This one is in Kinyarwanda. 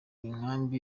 inkambi